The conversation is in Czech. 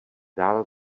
dál